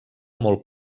molt